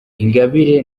ingabire